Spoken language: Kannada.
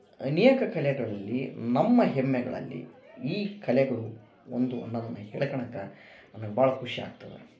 ಅನೇಕ ಕಲೆಗಳಲ್ಲಿ ನಮ್ಮ ಹೆಮ್ಮೆಗಳಲ್ಲಿ ಈ ಕಲೆಗಳು ಒಂದು ಅನ್ನೋದನ್ನ ಹೇಳ್ಕಳ್ಳೋಕ ನನಗೆ ಭಾಳ ಖುಷಿ ಆಗ್ತದ